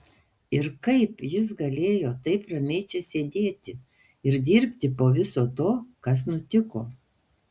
ir kaip jis galėjo taip ramiai čia sėdėti ir dirbti po viso to kas nutiko